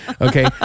Okay